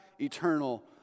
eternal